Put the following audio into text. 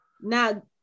Now